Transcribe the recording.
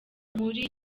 muri